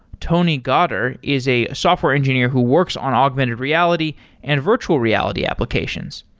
tony godar is a software engineer who works on augmented reality and virtual reality applications.